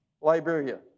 Liberia